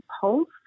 pulse